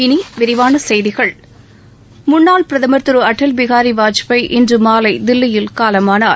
இனி விரிவான செய்திகள் முன்னாள் பிரதம் திரு அடல் பிஹாரி வாஜ்பாய் இன்று மாலை தில்லியில் காலமானார்